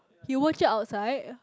you watch it outside